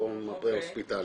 הפרה הוספיטלי.